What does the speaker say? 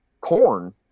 Corn